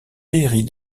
pairie